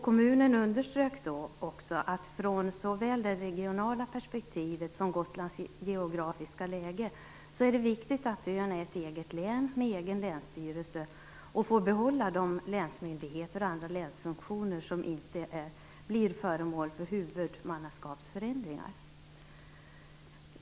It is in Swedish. Kommunen underströk också att det med tanke på såväl det regionala perspektivet som Gotlands geografiska läge är viktigt att ön är ett eget län med egen länsstyrelse och får behålla de länsmyndigheter och andra länsfunktioner som inte blir föremål för huvudmannaskapsförändringar.